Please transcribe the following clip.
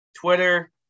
Twitter